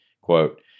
Quote